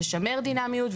לשמר דינמיות,